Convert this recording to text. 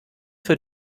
für